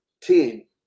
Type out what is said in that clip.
ten